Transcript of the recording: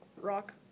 rock